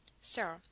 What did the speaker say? Sir